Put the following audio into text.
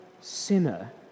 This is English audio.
sinner